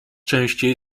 częściej